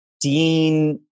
Dean